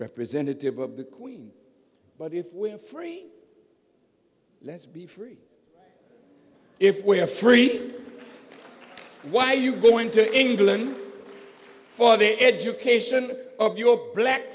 representative of the queen but if we are free let's be free if we are free why are you going to england for the education of your black